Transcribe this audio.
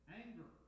anger